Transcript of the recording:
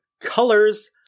Colors